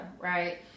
right